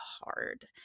hard